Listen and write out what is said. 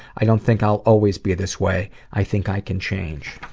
i don't think i'll always be this way. i think i can change.